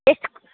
ಎಷ್ಟು